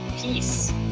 Peace